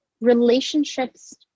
relationships